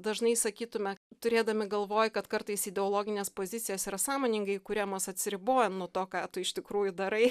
dažnai sakytume turėdami galvoj kad kartais ideologinės pozicijos yra sąmoningai kuriamos atsiribojant nuo to ką tu iš tikrųjų darai